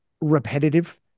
repetitive